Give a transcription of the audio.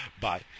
Bye